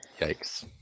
yikes